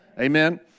Amen